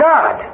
God